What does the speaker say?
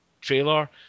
trailer